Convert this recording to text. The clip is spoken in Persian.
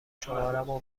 شمارمو